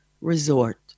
resort